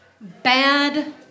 Bad